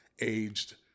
aged